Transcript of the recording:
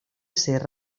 ser